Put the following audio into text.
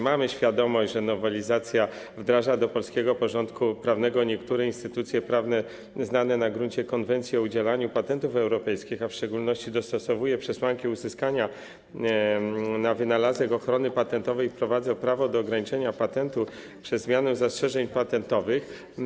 Mamy świadomość, że nowelizacja wdraża do polskiego porządku prawnego niektóre instytucje prawne znane na gruncie Konwencji o udzielaniu patentów europejskich, a w szczególności dostosowuje przesłanki uzyskania na wynalazek ochrony patentowej i wprowadza prawo do ograniczenia patentu przez zmianę zastrzeżeń patentowych.